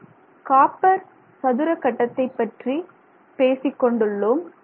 நாம் காப்பர் சதுர கட்டத்தைப் பற்றி பேசிக்கொண்டு உள்ளோம்